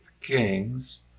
kings